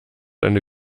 eine